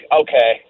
okay